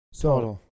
Total